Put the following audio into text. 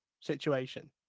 situation